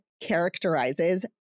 characterizes